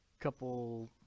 couple